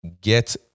get